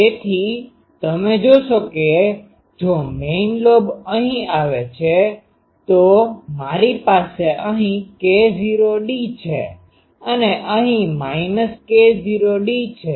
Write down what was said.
તેથી તમે જોશો કે જો મેઈન લોબ અહીં આવે છે તો મારી પાસે અહીં k0d છે અને અહી છે